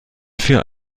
für